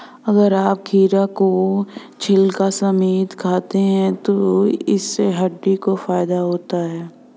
अगर आप खीरा को छिलका समेत खाते हैं तो इससे हड्डियों को फायदा होता है